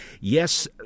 Yes